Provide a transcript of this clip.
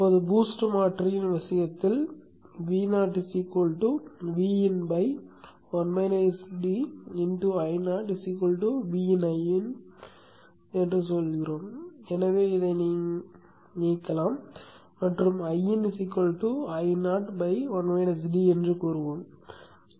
இப்போது BOOST மாற்றியின் விஷயத்தில் Vo Vin Io Vin Iin என்று சொல்கிறோம் எனவே இதை நீக்கலாம் மற்றும் Iin Io என்று கூறுவோம்